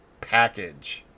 package